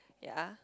ya